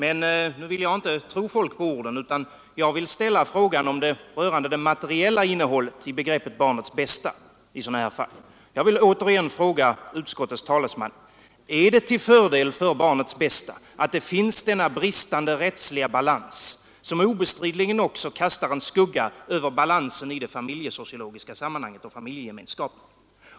Men jag vill inte tro någon på hans ord, utan jag vill ställa en fråga rörande det materiella innehållet i begreppet barnets bästa i sådana här fall. Jag frågar därför åter utskottets talesman: Är det till barnets bästa att vi har denna bristande rättsliga balans, som obestridligen också kastar en skugga över balansen i det familjesociologiska sammanhanget och över familjegemenskapen?